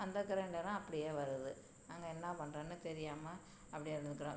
அந்த க்ரைண்டரும் அப்படியே வருது நாங்கள் என்ன பண்ணுறதுன்னு தெரியாமல் அப்படியே இருக்கிறோம்